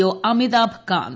O Amitabh Kant